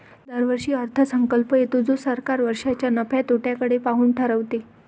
दरवर्षी अर्थसंकल्प येतो जो सरकार वर्षाच्या नफ्या तोट्याकडे पाहून ठरवते